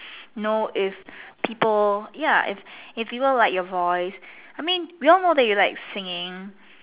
know if people ya if if people like your voice I mean we all know that you like singing